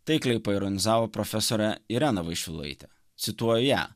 taikliai ironizavo profesorę ireną vaišvilaitę cituoja